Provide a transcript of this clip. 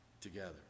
together